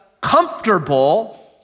comfortable